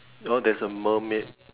oh there's a mermaid